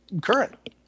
current